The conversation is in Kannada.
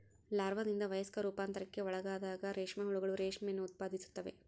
ಲಾರ್ವಾದಿಂದ ವಯಸ್ಕ ರೂಪಾಂತರಕ್ಕೆ ಒಳಗಾದಾಗ ರೇಷ್ಮೆ ಹುಳುಗಳು ರೇಷ್ಮೆಯನ್ನು ಉತ್ಪಾದಿಸುತ್ತವೆ